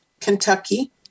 Kentucky